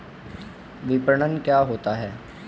विपणन क्या होता है?